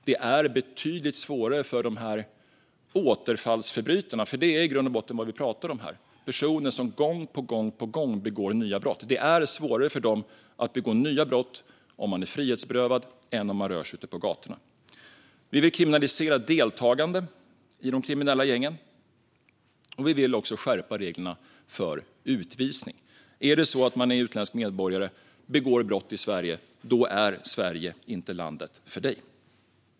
Det är i grund och botten återfallsförbrytare vi pratar om här - personer som gång på gång på gång begår nya brott. Det är betydligt svårare för dem att begå nya brott om de är frihetsberövade än om de rör sig ute på gatorna. Vi vill kriminalisera deltagande i de kriminella gängen. Vi vill också skärpa reglerna för utvisning. Är det så att du är utländsk medborgare och begår brott i Sverige är Sverige inte landet för dig.